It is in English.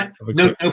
no